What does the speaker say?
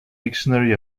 dictionary